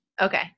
Okay